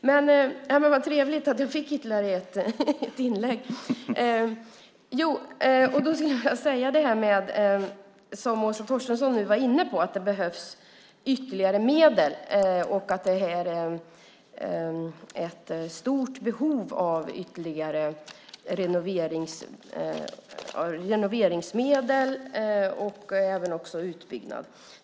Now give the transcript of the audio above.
Herr talman! Som Åsa Torstensson nu var inne på finns det ett stort behov av ytterligare medel för renovering och utbyggnad.